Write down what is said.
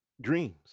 dreams